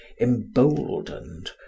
emboldened